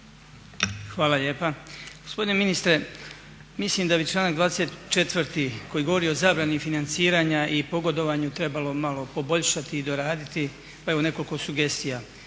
Hvala lijepa. Gospodine ministre, mislim da bi članak 24. koji govori o zabrani financiranja i pogodovanju trebalo malo poboljšati i doraditi pa evo nekoliko sugestija.